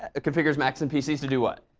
ah configures macs and pcs to do what?